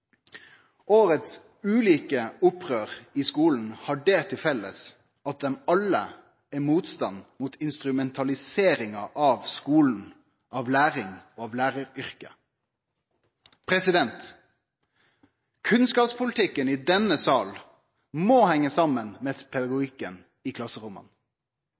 Årets ulike opprør i skulen har det til felles at alle er motstandarar av instrumentaliseringa av skulen, av læring og læraryrket. Kunnskapspolitikken i denne salen må henge saman med pedagogikken i